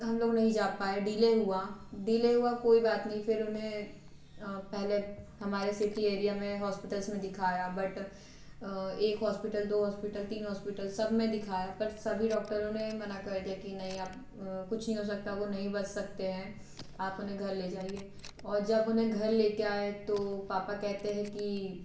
हम लोग नहीं जा पाए डिले हुआ डिले हुआ कोई बात नहीं फिर उन्हें पहले हमारे सिटी एरिया में हॉस्पिटल्स में दिखाया बट एक हॉस्पिटल दो हॉस्पिटल तीन हॉस्पिटल सब में दिखाया पर सभी डॉक्टरों ने मना कर दिया कि नहीं अब कुछ नहीं हो सकता वो नहीं बच सकती हैं आप उन्हें घर ले जाइए और जब उन्हें घर ले कर आए तो पापा कहते हैं कि